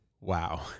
wow